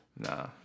Nah